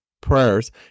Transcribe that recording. prayers